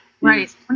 right